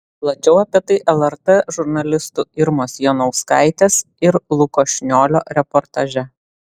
plačiau apie tai lrt žurnalistų irmos janauskaitės ir luko šniolio reportaže